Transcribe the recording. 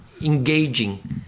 engaging